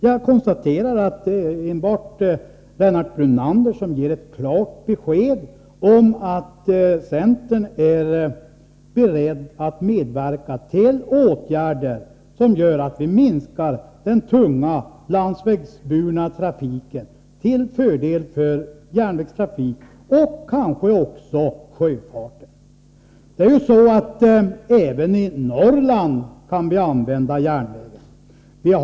Jag konstaterar att det enbart är Lennart Brunander som ger ett klart besked om att centerpartiet är berett att medverka till åtgärder som gör att vi minskar den tunga landsvägsburna trafiken till fördel för järnvägstrafik och kanske också för sjöfart. Även i Norrland kan vi använda järnväg.